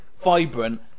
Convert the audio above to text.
vibrant